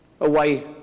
away